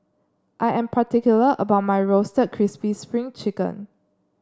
I am particular about my Roasted Crispy Spring Chicken